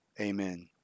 Amen